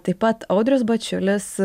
taip pat audrius bačiulis